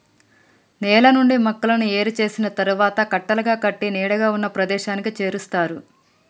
నేల నుండి మొక్కలను ఏరు చేసిన తరువాత కట్టలుగా కట్టి నీడగా ఉన్న ప్రదేశానికి చేరుస్తారు